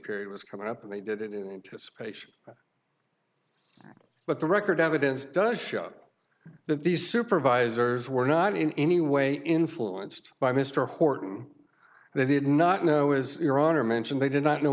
period was coming up and they did it in this case but the record evidence does show that these supervisors were not in any way influenced by mr horton they did not know as your honor mentioned they did not know